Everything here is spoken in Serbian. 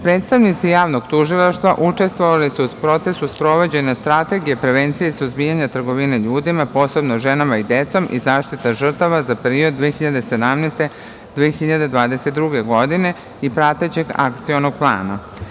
Predstavnici Javnog tužilaštva učestvovali su u procesu sprovođenja Strategije prevencije suzbijanja trgovine ljudima, posebno ženama i decom i zaštita žrtava za period 2017-2022. godine i pratećeg Akcionog plana.